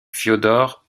fiodor